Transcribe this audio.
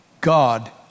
God